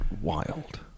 wild